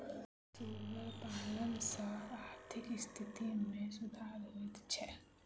सुगर पालन सॅ आर्थिक स्थिति मे सुधार होइत छै